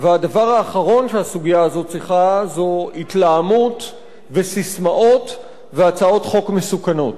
והדבר האחרון שהסוגיה הזו צריכה זה התלהמות וססמאות והצעות חוק מסוכנות.